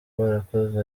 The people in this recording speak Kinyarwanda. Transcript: barakoze